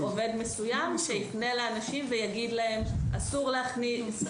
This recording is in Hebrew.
עובד מסוים שיפנה לאנשים ויגיד להם: אסור להכניס,